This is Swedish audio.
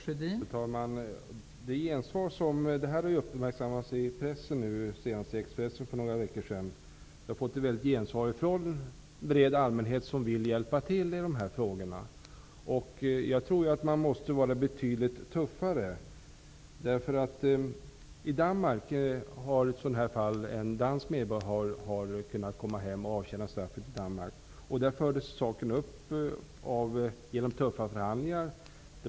Fru talman! Fallet har uppmärksammats i pressen -- senast i Expressen för några veckor sedan. En bred allmänhet vill hjälpa till. Jag tror att vi måste vara betydligt tuffare. En dansk medborgare har kunnat komma hem och avtjäna straffet i Danmark. Det ärendet togs upp i tuffa förhandlingar.